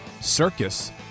circus